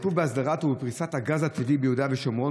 בהסדרה ובפריסה של הגז הטבעי ביהודה ושומרון